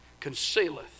concealeth